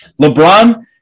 LeBron